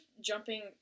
jumping